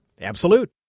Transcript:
Absolute